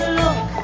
look